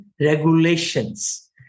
regulations